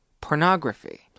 pornography